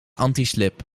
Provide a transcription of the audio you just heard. antislip